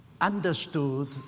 UNDERSTOOD